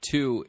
Two